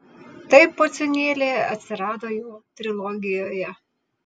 taip pociūnėliai atsirado jo trilogijoje